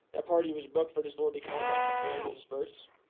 that party was booked for disorderly conduct and failed to disperse.